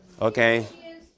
Okay